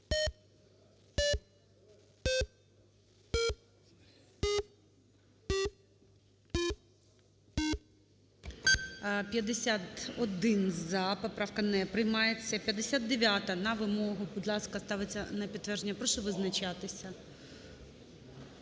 За-51 Поправка не приймається. 59-а на вимогу, будь ласка, ставиться на підтвердження. Прошу визначатися.